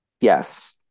Yes